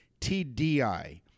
TDI